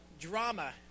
drama